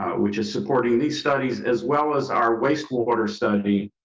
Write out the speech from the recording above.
we just supporting these studies as well as our wasteful order study,